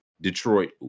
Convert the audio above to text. Detroit